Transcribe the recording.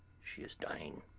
she is dying.